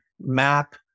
map